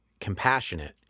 compassionate